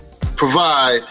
Provide